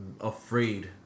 afraid